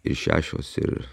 ir šešios ir